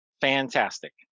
Fantastic